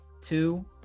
two